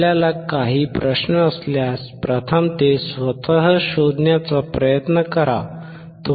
आपल्याला काही प्रश्न असल्यास प्रथम ते स्वतः शोधण्याचा प्रयत्न करा